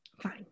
Fine